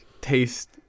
taste